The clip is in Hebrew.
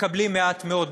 מקבלים מעט מאוד.